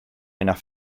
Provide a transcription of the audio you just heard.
enough